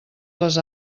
les